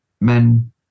men